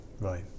Right